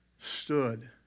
stood